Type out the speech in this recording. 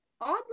oddly